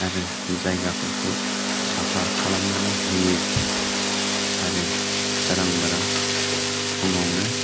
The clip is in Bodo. आरो जायगाफोरखौ साफा खालामनानै होयो आरो सोरां बारां फुङावनो